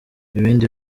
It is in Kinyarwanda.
ibindi